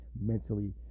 mentally